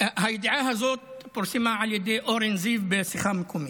הידיעה הזאת פורסמה על ידי אורן זיו בשיחה מקומית.